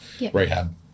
rehab